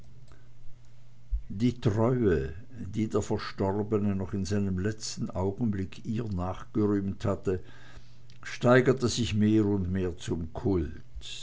die treue die der verstorbene noch in seinen letzten augenblicken ihr nachgerühmt hatte steigerte sich mehr und mehr zum kult